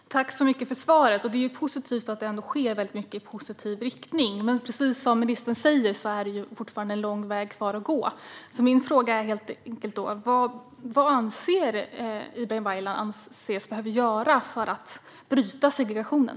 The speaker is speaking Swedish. Herr talman! Jag tackar ministern för svaret. Det är positivt att det sker mycket i rätt riktning, men precis som ministern säger är det fortfarande lång väg kvar att gå. Vad anser Ibrahim Baylan behöver göras för att bryta segregationen?